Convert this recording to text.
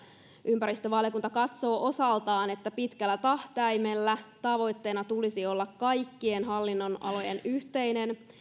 ympäristövaliokunta katsoo osaltaan että pitkällä tähtäimellä tavoitteena tulisi olla kaikkien hallinnonalojen yhteinen